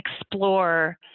explore